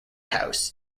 house